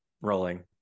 rolling